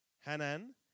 Hanan